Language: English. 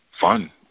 fun